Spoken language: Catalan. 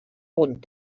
punt